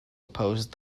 oppose